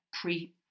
pre